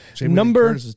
Number